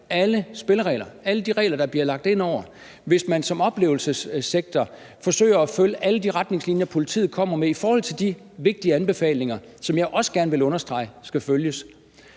alle spilleregler, alle de regler, der bliver fastlagt, og hvis man som oplevelsessektor forsøger at følge alle de retningslinjer, politiet kommer med i forhold til de vigtige anbefalinger, som jeg også gerne vil understrege skal følges,